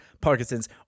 Parkinson's